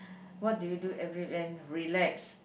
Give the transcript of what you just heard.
what do you do every weekend relax